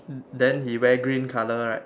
then he wear green colour right